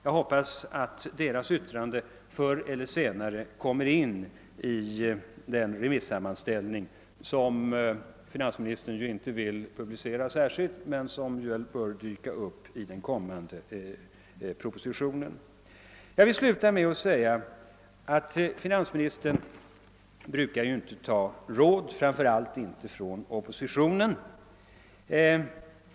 Jag hoppas att den nämndens yttrande tas med i den sammanställning av remissyttranden som finansministern inte vill publicera särskilt men som bör tas med i den kommande propositionen. Jag vill sluta med att säga att finansministern inte brukar ta råd, framför allt inte från oppositionen.